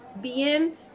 bien